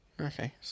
Okay